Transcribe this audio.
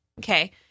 okay